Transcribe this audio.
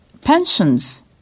pensions